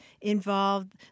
involved